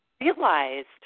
realized